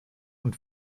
und